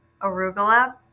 Arugula